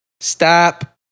stop